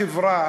מצב החברה,